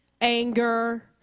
anger